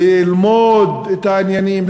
ללמוד את העניינים,